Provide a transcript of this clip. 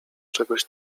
czegoś